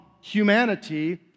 humanity